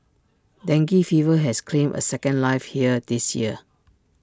dengue fever has claimed A second life here this year